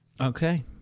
okay